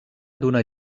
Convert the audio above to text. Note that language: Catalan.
d’una